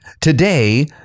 Today